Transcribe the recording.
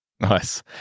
nice